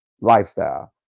lifestyle